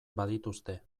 badituzte